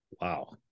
Wow